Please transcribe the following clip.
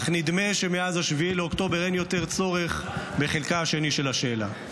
אך נדמה שמאז 7 באוקטובר אין יותר צורך בחלקה השני של השאלה.